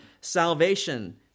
salvation